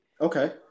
Okay